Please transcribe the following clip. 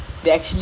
ya